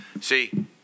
see